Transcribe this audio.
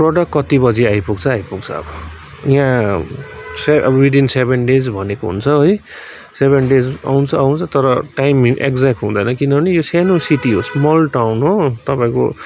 product कति बजी आइपुग्छ आइपुग्छ अब यहाँ से विदिन सेभेन डेज भनेको हुन्छ है सेभेन डेजमा आउनु चाहिँ आउँछ तर टाइमहरू एक्जेक्ट हुँदैन किनभने यो सानो सिटी हो स्मल टाउन हो तपाईँको